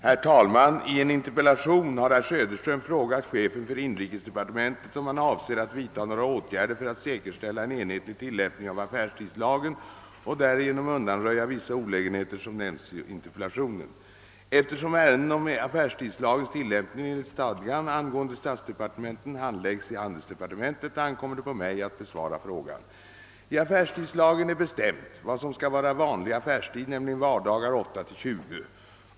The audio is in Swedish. Herr talman! I en interpellation har herr Söderström frågat chefen för inrikesdepartementet om han avser att vidta några åtgärder för att säkerställa en enhetlig tillämpning av affärstidslagen och därigenom undanröja vissa olägenheter som nämns i interpellationen. Eftersom ärenden om affärstidslagens tillämpning enligt stadgan angående statsdepartementen handläggs i handelsdepartementet, ankommer det på mig att besvara frågan. I affärstidslagen är bestämt vad som skall vara vanlig affärstid, nämligen vardagar kl. 8—20.